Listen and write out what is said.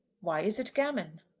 why is it gammon?